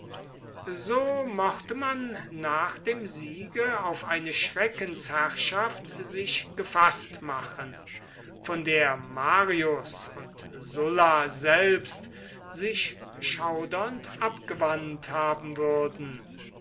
so mochte man nach dem siege auf eine schreckensherrschaft sich gefaßt machen von der marius und sulla selbst sich schaudernd abgewandt haben würden